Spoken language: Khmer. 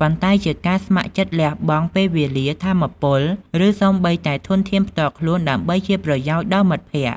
ប៉ុន្តែជាការ ស្ម័គ្រចិត្តលះបង់ ពេលវេលា ថាមពល ឬសូម្បីតែធនធានផ្ទាល់ខ្លួន ដើម្បីជាប្រយោជន៍ដល់មិត្តភក្តិ។